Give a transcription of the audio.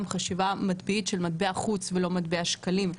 חשיבה מטבעית של מטבע חוץ ולא מטבע שקלים,